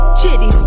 chitty